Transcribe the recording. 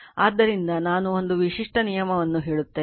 ಆದ್ದರಿಂದ ನಾನು ಒಂದು ವಿಭಿನ್ನ ನಿಯಮವನ್ನು ಹೇಳುತ್ತೇನೆ